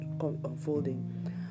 unfolding